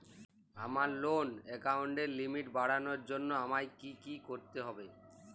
আমার লোন অ্যাকাউন্টের লিমিট বাড়ানোর জন্য আমায় কী কী করতে হবে?